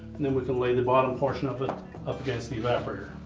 and then we can lay the bottom portion of it up against the evaporator.